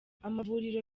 amavuriro